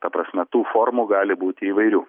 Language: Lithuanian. ta prasme tų formų gali būti įvairių